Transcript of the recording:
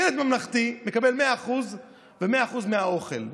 ילד ממלכתי מקבל 100% ו-100% מהאוכל בצהרונים.